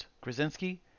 Krasinski